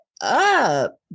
up